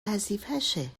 وظیفشه